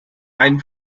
rein